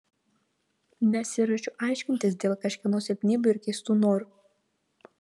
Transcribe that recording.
nesiruošiu aiškintis dėl kažkieno silpnybių ir keistų norų